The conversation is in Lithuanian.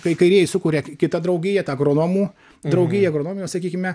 kai kairieji sukuria kitą draugiją tą agronomų draugiją agronomijos sakykime